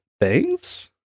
Thanks